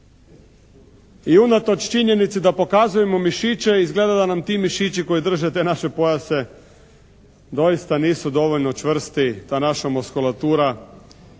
I unatoč činjenici da pokazujemo mišiće izgleda da nam ti mišiću koji drže te naše pojase doista nisu dovoljno čvrsti, ta naša muskulatura